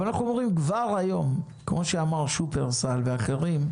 אבל כמו שאמר שופרסל ואחרים,